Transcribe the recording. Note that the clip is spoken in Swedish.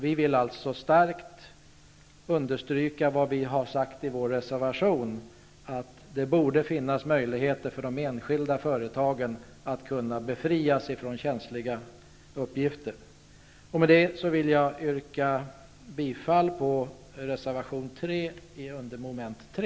Vi vill starkt understryka det vi har sagt i vår reservation, att det borde finnas möjligheter för de enskilda företagen att befrias från att lämna känsliga uppgifter. Med detta vill jag yrka bifall till reservation 3 under mom. 3.